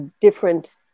different